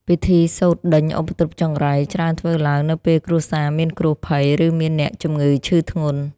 ពិធីសូត្រដេញឧបទ្រពចង្រៃ ច្រើនធ្វើឡើងនៅពេលគ្រួសារមានគ្រោះភ័យ ឬមានអ្នកជំងឺឈឺធ្ងន់។